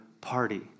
party